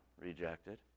rejected